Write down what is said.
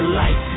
light